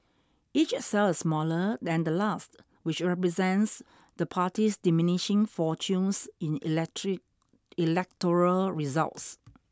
each cell is smaller than the last which represents the party's diminishing fortunes in electric electoral results